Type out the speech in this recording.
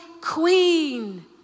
queen